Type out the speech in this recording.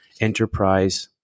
enterprise